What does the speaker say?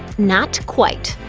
not quite!